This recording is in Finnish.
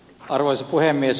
arvoisa puhemies